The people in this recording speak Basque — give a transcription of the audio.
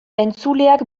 entzuleak